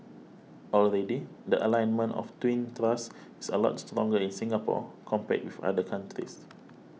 already the alignment of twin thrusts is a lot stronger in Singapore compared with other countries